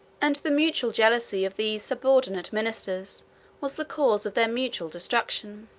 and the mutual jealousy of these subordinate ministers was the cause of their mutual destruction.